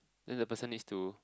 then the person needs to